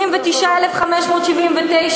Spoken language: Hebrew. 79,579,